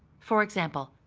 for example,